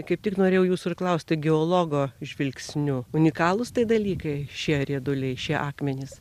kaip tik norėjau jūsų ir klausti geologo žvilgsniu unikalūs tai dalykai šie rieduliai šie akmenys